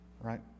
right